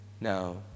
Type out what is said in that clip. No